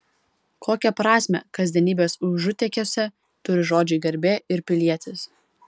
kokią prasmę kasdienybės užutėkiuose turi žodžiai garbė ir pilietis